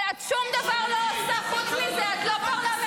אבל את לא עושה שום דבר חוץ מזה את לא פרלמנטרית